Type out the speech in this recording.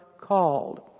called